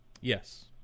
Yes